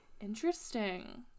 Interesting